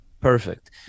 Perfect